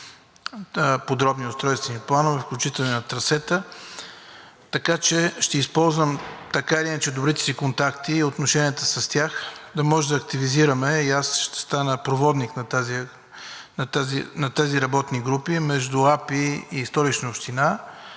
подробни устройствени планове, включително и на трасета. Така че ще използвам така или иначе добрите си контакти и отношенията с тях да можем да активизираме. Ще стане проводник на тези работни групи между АПИ и Столична община,